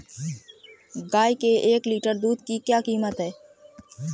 गाय के एक लीटर दूध की क्या कीमत है?